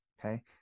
okay